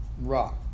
rock